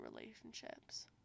relationships